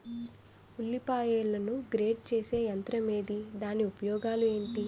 ఉల్లిపాయలను గ్రేడ్ చేసే యంత్రం ఏంటి? దాని ఉపయోగాలు ఏంటి?